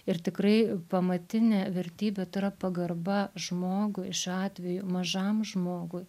ir tikrai pamatinė vertybė tai yra pagarba žmogui šiuo atveju mažam žmogui